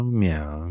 meow